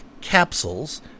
capsules